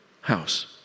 house